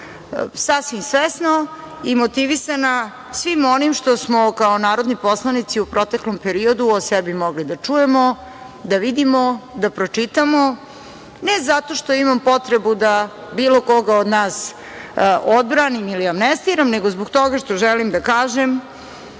sasvim svesno i motivisana svim onim što smo kao narodni poslanici u proteklom periodu o sebi mogli da čujemo, da vidimo, da pročitamo, ne zato što imam potrebu da bilo koga od nas odbranim ili amnestiram, nego zbog toga što želim da kažem,